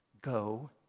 go